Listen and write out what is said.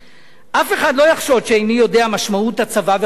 אף אחד לא יחשוד שאיני יודע משמעות הצבא וחשיבותו,